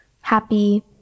happy